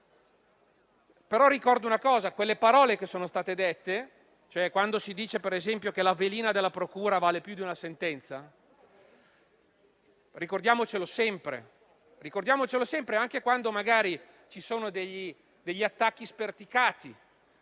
Ma ricordiamoci sempre le parole che sono state dette, come - ad esempio - che la velina della procura vale più di una sentenza. Ricordiamocelo sempre, anche quando magari ci sono degli attacchi sperticati,